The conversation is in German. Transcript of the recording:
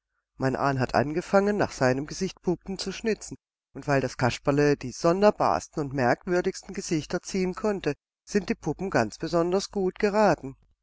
mein ahn hat angefangen nach seinem gesicht puppen zu schnitzen und weil das kasperle die sonderbarsten und merkwürdigsten gesichter ziehen konnte sind die puppen ganz besonders gut geraten